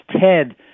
Ted